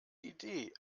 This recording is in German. idee